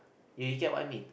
you you get what I mean